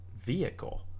vehicle